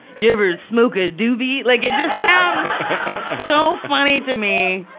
ya ever smoke a doobie? like it just sounds so funny to me.